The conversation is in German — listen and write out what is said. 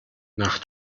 nach